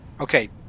Okay